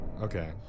Okay